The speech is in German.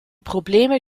probleme